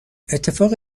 اتفاق